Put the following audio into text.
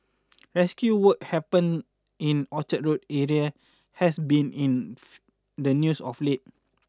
rescue work happen in the Orchard Road area has been in the news of late